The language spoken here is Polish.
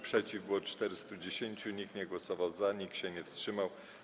Przeciw było 410, nikt nie głosował za, nikt się nie wstrzymał.